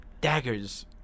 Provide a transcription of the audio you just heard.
daggers